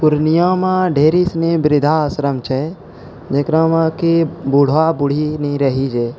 पूर्णियामे ढेरी सने वृद्धा आश्रम छै जकरामे कि बूढ़ा बूढ़ी नी रहि रहै